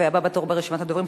הבא בתור ברשימת הדוברים,